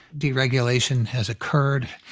deregulation has occurred.